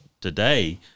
today